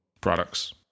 products